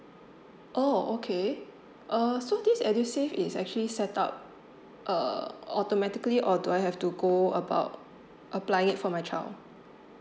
oh okay err so this edusave is actually set up uh automatically or do I have to go about apply it for my child